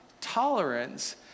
tolerance